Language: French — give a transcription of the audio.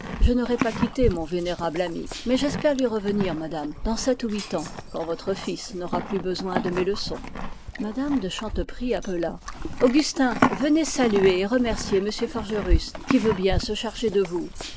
je n'aurais pas quitté mon vénérable ami mais j'espère lui revenir madame dans sept ou huit ans quand votre fils n'aura plus besoin de mes leçons mme de chanteprie appela augustin venez saluer et remercier m forgerus qui veut bien se charger de vous